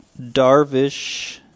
Darvish